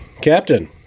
Captain